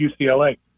UCLA